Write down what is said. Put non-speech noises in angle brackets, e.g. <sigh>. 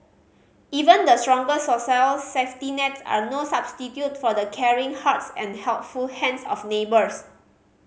even the strongest <unintelligible> safety nets are no substitute for the caring hearts and helpful hands of neighbours